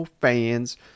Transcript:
fans